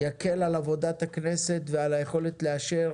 זה יקל על עבודת הכנסת ועל היכולת לאשר